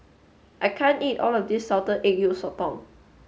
I can't eat all of this salted egg yolk sotong